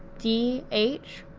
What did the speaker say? d. h.